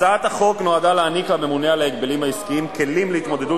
הצעת החוק נועדה להעניק לממונה על ההגבלים העסקיים כלים להתמודדות